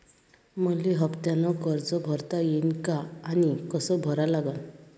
मले हफ्त्यानं कर्ज भरता येईन का आनी कस भरा लागन?